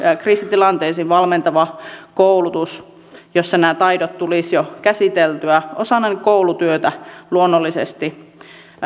kriisitilanteisiin valmentava koulutus jossa nämä taidot tulisivat jo käsiteltyä osana koulutyötä luonnollisesti